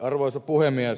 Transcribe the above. arvoisa puhemies